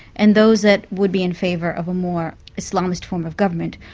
and those that would be in favour of a more islamist form of government,